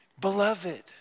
beloved